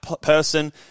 person